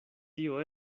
tio